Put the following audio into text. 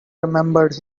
remembered